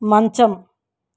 మంచం